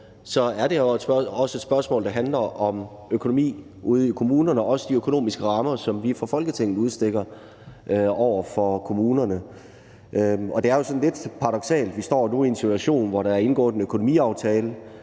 på, er det her også et spørgsmål, der handler om økonomi ude i kommunerne – også de økonomiske rammer, som vi fra Folketingets side udstikker over for kommunerne. Og det er jo sådan lidt paradoksalt. Vi står nu i en situation, hvor der er indgået en økonomiaftale,